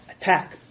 attack